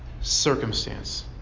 circumstance